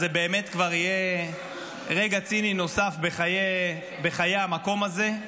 זה באמת כבר יהיה רגע ציני נוסף בחיי המקום הזה.